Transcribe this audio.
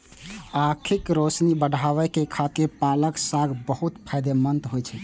आंखिक रोशनी बढ़ाबै खातिर पालक साग बहुत फायदेमंद होइ छै